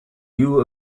you